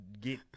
Get